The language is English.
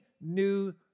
new